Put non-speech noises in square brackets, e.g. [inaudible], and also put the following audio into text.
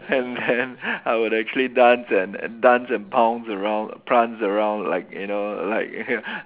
and then I would actually dance and and dance and pounce around prance around like you know like [laughs]